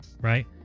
right